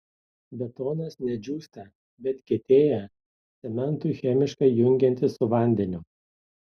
betonas ne džiūsta bet kietėja cementui chemiškai jungiantis su vandeniu